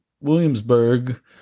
williamsburg